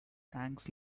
thanks